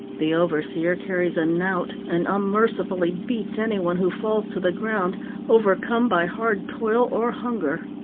the overseer carries a knout, and unmercifully beats anyone who falls to the ground overcome by hard toil or hunger.